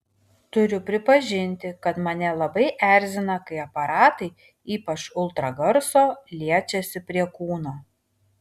turiu pripažinti kad mane labai erzina kai aparatai ypač ultragarso liečiasi prie kūno